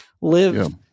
Live